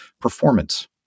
performance